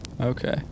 Okay